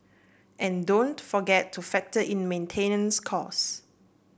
and don't forget to factor in maintenance costs